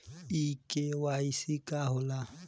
इ के.वाइ.सी का हो ला?